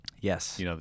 Yes